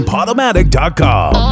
Podomatic.com